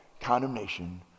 condemnation